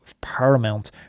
paramount